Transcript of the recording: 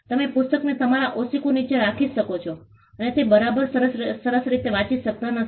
તમે પુસ્તકને તમારા ઓશીકું નીચે રાખી શકો છો અને તે બરાબર સરસ રીતે વાંચી શકતા નથી